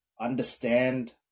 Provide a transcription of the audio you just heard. understand